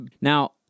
Now